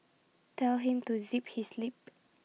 tell him to zip his lip